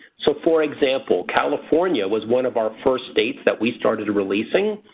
so, for example, california was one of our first states that we started releasing.